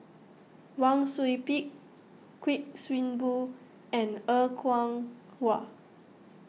Wang Sui Pick Kuik Swee Boon and Er Kwong Wah